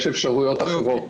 יש אפשרויות אחרות,